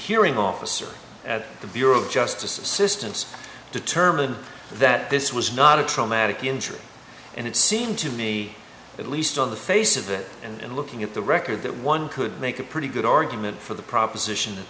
aring officer at the bureau of justice assistance determined that this was not a traumatic injury and it seemed to me at least on the face of it and looking at the record that one could make a pretty good argument for the proposition